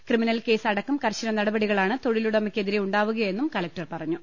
criminal case അടക്കം കർശന നടപടികളാണ് തൊഴിലു ടമയ്ക്കെതിരെ ഉണ്ടാവുകയെന്നും കലക്ടർ പറഞ്ഞു